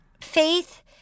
faith